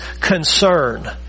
concern